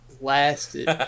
blasted